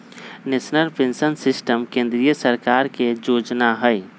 national pension system केंद्रीय सरकार के जोजना हइ